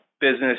business